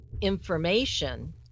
information